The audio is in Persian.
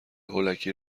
هولکی